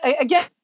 again